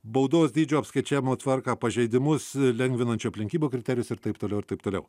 baudos dydžio apskaičiavimo tvarką pažeidimus lengvinančių aplinkybių kriterijus ir taip toliau ir taip toliau